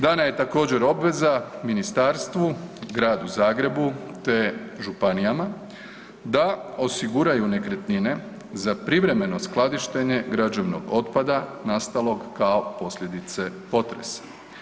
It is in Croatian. Dana je također, obveza ministarstvu, Gradu Zagrebu te županijama da osiguraju nekretnine za privremeno skladištenje građevnog otpada nastalog kao posljedice potresa.